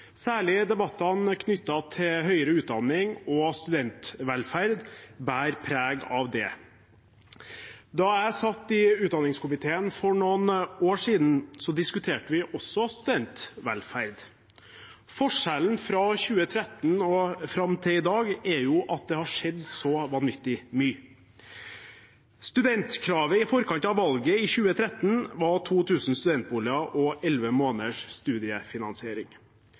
Særlig debattene knyttet til høyere utdanning og studentvelferd bærer preg av det. Da jeg satt i utdanningskomiteen for noen år siden, diskuterte vi også studentvelferd. Forskjellen fra 2013 og til i dag er jo at det har skjedd så vanvittig mye. Studentkravet i forkant av valget i 2013 var 2 000 studentboliger og 11 måneders studiefinansiering.